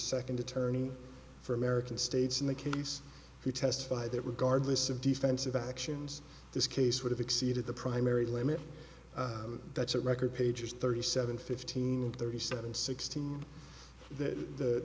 second attorney for american states in the case who testified that regardless of defensive actions this case would have exceeded the primary limit that's a record pages thirty seven fifteen and thirty seven sixteen